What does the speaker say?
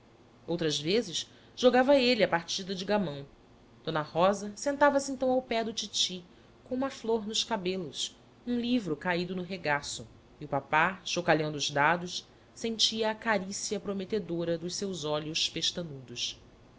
outras vezes jogava de a partida de gamão d rosa sentava-se então ao pé do titi com uma flor nos cabelos um livro caído no regaço e o papá chocalhando os dados sentia a carícia prometedora dos seus olhos